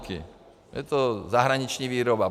Je to zahraniční výroba.